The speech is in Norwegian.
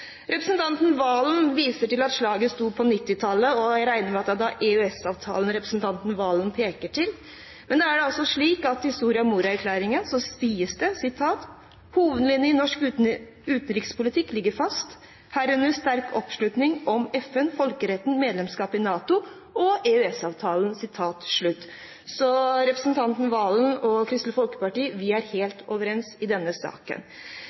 Representanten Serigstad Valen viser til at slaget sto på 1990-tallet, og jeg regner med at det var EØS-avtalen representanten Valen siktet til. Men det er altså slik at i Soria Moria-erklæringen sies det: «Hovedlinjene i norsk utenrikspolitikk ligger fast, herunder sterk oppslutning om FN og folkeretten, medlemskapet i NATO, EØS-avtalen Så representanten Valen og Kristelig Folkeparti er helt overens i denne saken.